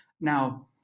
Now